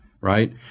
right